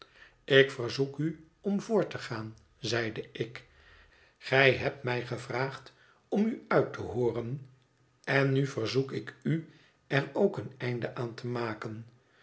ik verzoek u om voort te gaan zeide ik gij hebt mij gevraagd om u uit te hooren en nu verzoek ik u er ook een einde aan te maken